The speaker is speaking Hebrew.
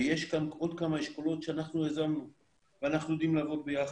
ויש כאן עוד כמה אשכולות שאנחנו יזמנו ואנחנו יודעים לעבוד ביחד.